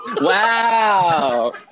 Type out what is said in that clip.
wow